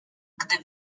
gdy